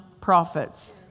prophets